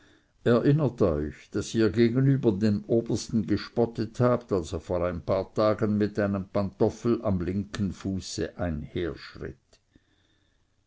erinnert euch daß ihr über den obersten gespottet habt als er vor ein paar tagen mit einem pantoffel am linken fuße